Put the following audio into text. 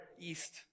east